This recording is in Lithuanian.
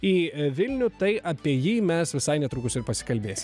į vilnių tai apie jį mes visai netrukus ir pasikalbėsim